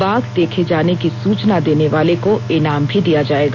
बाघ देखे जाने की सूचना देने वाले को इनाम भी दिया जाएगा